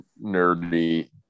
nerdy